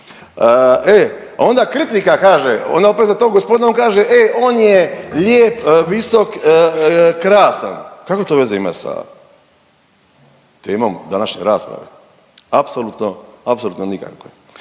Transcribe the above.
a onda kritika kaže, onda opet za tog gospodina on kaže, e on je lijep, visok, krasan. Kakve to veze ima sa temom današnje rasprave? Apsolutno,